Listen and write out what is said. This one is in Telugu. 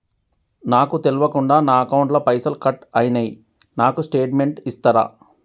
నాకు తెల్వకుండా నా అకౌంట్ ల పైసల్ కట్ అయినై నాకు స్టేటుమెంట్ ఇస్తరా?